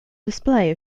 display